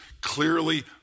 clearly